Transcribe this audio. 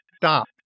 stop